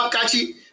Catchy